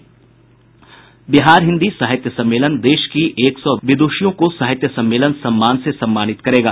बिहार हिन्दी साहित्य सम्मेलन देश की एक सौ विदुषियों को साहित्य सम्मेलन सम्मान से सम्मानित करेगा